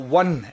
one